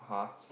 !huh!